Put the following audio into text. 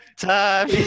time